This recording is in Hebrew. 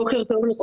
בוקר טוב.